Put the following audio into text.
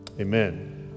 Amen